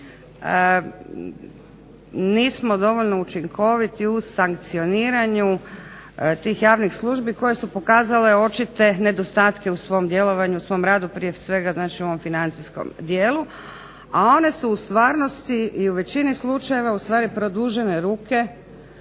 nismo dovoljno učinkoviti u sankcioniranju tih javnih službi koje su pokazale očite nedostatke u svom djelovanju, svom radu prije svega znači u ovom financijskom dijelu, a one su u stvarnosti i u većini slučajeva ustvari produžene ruke